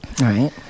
Right